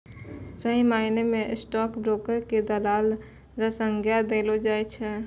सही मायना म स्टॉक ब्रोकर क दलाल र संज्ञा देलो जाय छै